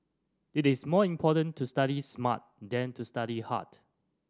it is more important to study smart than to study hard